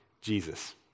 Jesus